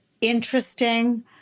interesting